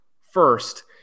first